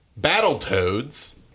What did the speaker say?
Battletoads